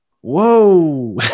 Whoa